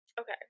okay